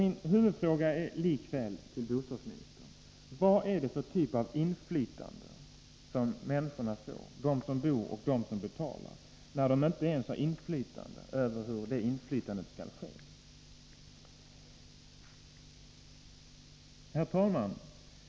Min huvudfråga till bostadsministern är likväl denna: Vad är det för typ av inflytande som människorna får, de som bor och de som betalar, då de inte ens har något inflytande över hur inflytandet skall ske? Herr talman!